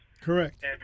Correct